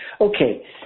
Okay